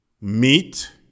meat